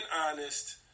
honest